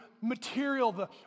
material